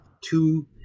two